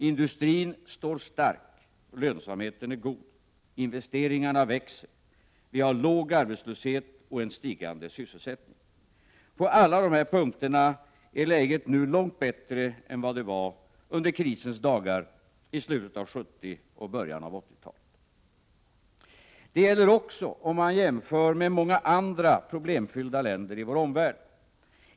Industrin står stark. Lönsamheten är god. Investeringarna växer. Vi har låg arbetslöshet och en stigande sysselsättning. På alla dessa punkter är läget nu långt bättre än det var under krisens dagar i slutet av 70-talet och början av 80-talet. Det gäller också om man jämför med många andra, problemfyllda länder i vår omvärld.